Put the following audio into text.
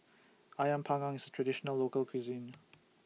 Ayam Panggang IS A Traditional Local Cuisine